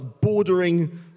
bordering